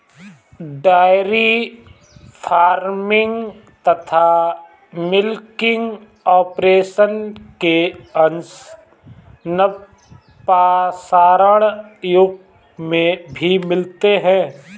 dairy farming तथा milking operation के अंश नवपाषाण युग में भी मिलते हैं